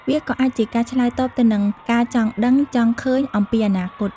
វាក៏អាចជាការឆ្លើយតបទៅនឹងការចង់ដឹងចង់ឃើញអំពីអនាគត។